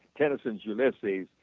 tennyson's ulysses,